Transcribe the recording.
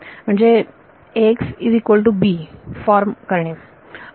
म्हणजे Axb form करणे